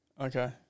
Okay